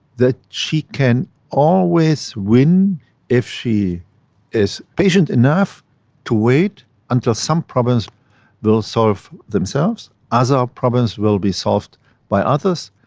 that she can always win if she is patient enough to wait until some problems will solve themselves, other ah problems will be solved by others,